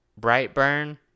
Brightburn